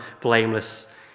blameless